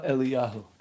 Eliyahu